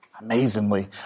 amazingly